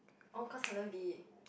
oh cause Holland-V